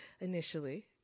initially